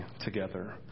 together